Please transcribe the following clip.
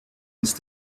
ist